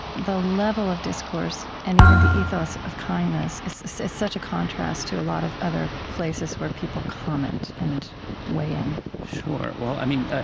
the level of discourse and even the ethos of kindness is such a contrast to a lot of other places where people comment and weigh in sure. well, i mean,